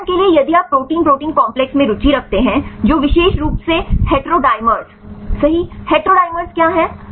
उदाहरण के लिए यदि आप प्रोटीन प्रोटीन काम्प्लेक्स में रुचि रखते हैं जो विशेष रूप से हेटेरोडिमर्स सही हेटेरोडिमर्स क्या है